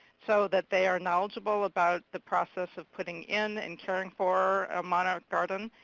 so that they are knowledgeable about the process of putting in, and caring for, a monarch garden.